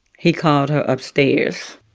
he called her upstairs.